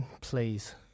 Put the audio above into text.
please